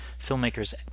filmmakers